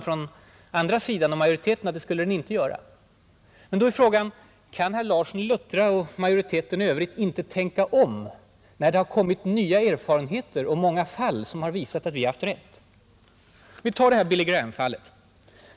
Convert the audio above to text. Då sade majoriteten, att det skulle den inte göra. Frågan är därför: Kan herr Larsson i Luttra och majoriteten i övrigt inte tänka om och förnya sig, när det har tillkommit nya erfarenheter och många fall som visat att vi har haft rätt? Se på Billy Graham-fallet!